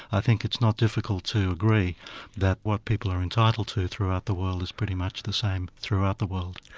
i think it's not difficult to agree that what people are entitled to throughout the world is pretty much the same throughout the world.